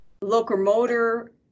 Locomotor